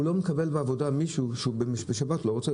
הוא לא מקבל לעבודה מישהו שבשבת לא עובד.